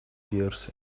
pears